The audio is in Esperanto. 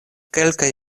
kelkaj